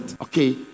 okay